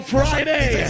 Friday